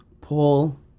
Paul